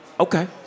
Okay